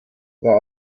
war